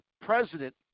president